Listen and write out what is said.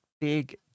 big